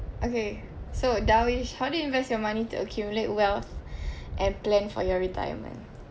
okay so darwish how do you invest your money to accumulate wealth and plan for your retirement